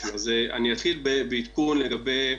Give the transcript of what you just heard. אני אתחיל בעדכון לגבי